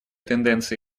тенденции